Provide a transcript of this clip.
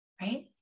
right